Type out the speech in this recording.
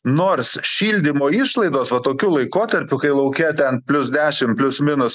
nors šildymo išlaidos va tokiu laikotarpiu kai lauke ten plius dešim plius minus